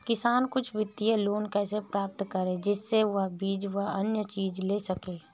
किसान कुछ वित्तीय लोन कैसे प्राप्त करें जिससे वह बीज व अन्य चीज ले सके?